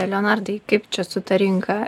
leonardai kaip čia su ta rinka